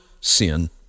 sin